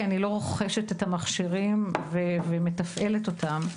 כי אני לא רוכשת את המכשירים ומתפעלת אותם.